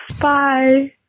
bye